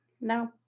no